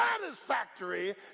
satisfactory